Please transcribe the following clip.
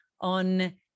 on